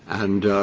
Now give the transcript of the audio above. and,